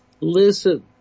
listen